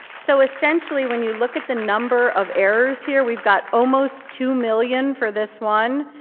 so essentially when you look at the number of errors here, we've got almost two million for this one.